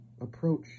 Approach